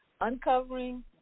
uncovering